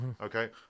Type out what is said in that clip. Okay